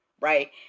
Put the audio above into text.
right